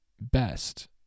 best